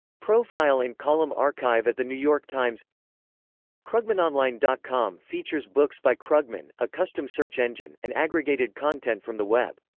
profile and column archive at the new york times krugmanonline dot com features books by krugman, a custom search engine, and aggregated content from the web.